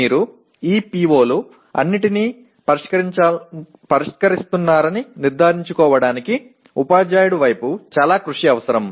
இந்த பாடத்திட்டத்தை வடிவமைக்க இந்த PO களை நீங்கள் உரையாற்றுகிறீர்கள் என்பதை உறுதிப்படுத்த ஆசிரியரின் தரப்பில் நிறைய முயற்சிகள் தேவைப்படும்